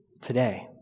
today